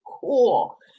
Cool